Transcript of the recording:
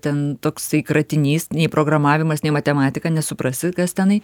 ten toksai kratinys nei programavimas ne matematika nesuprasi kas tenai